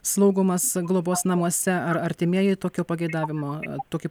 slaugomas globos namuose ar artimieji tokio pageidavimo tokį